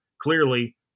Clearly